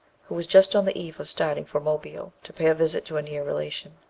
who was just on the eve of starting for mobile, to pay a visit to a near relation.